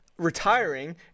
Retiring